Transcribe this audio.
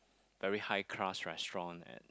very high class restaurant at